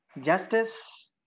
justice